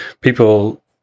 people